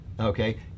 okay